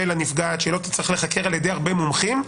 הנפגעת כדי שלא תצטרך להיחקר על-ידי הרבה מומחים,